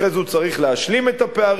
אחרי זה הוא צריך להשלים את הפערים,